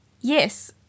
Yes